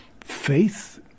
faith